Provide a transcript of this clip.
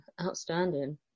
Outstanding